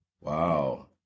Wow